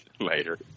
Later